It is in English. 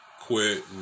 Quit